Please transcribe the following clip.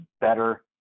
better